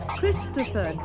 Christopher